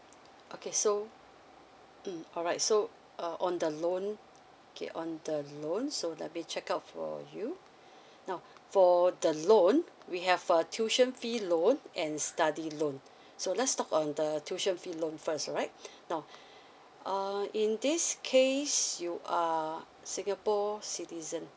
okay so mm alright so uh on the loan okay on the loan so let me check out for you now for the loan we have uh tuition fee loan and study loan so let's talk on the tuition fee loan first right now uh in this case you are singapore citizen